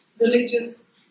religious